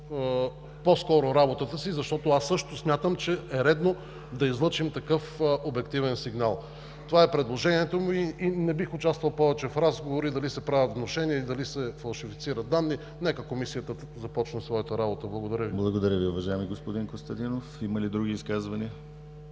по-скоро работата си, защото аз също смятам, че е редно да излъчим такъв обективен сигнал. Това е предложението ми. Не бих участвал повече в разговори дали се правят внушения, дали се фалшифицират данни. Нека Комисията започне своята работа. Благодаря Ви. ПРЕДСЕДАТЕЛ ДИМИТЪР ГЛАВЧЕВ: Благодаря Ви, уважаеми господин Костадинов. Има ли други изказвания?